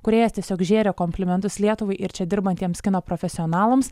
kūrėjas tiesiog žėrė komplimentus lietuvai ir čia dirbantiems kino profesionalams